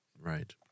Right